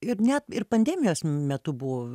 ir net ir pandemijos metu buvo